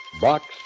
Box